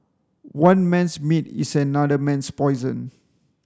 one man's meat is another man's poison